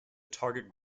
target